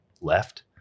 left